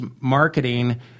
marketing